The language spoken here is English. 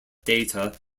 data